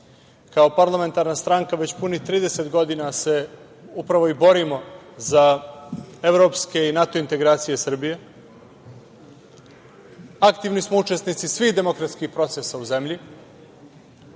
parlamentarna stranka već punih 30 godina se upravo i borimo za Evropske i NATO integracije Srbije. Aktivni smo učesnici svih demokratskih procesa u zemlji